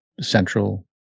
central